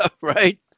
right